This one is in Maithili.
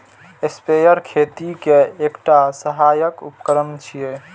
स्प्रेयर खेती के एकटा सहायक उपकरण छियै